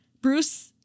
Bruce